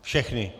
Všechny.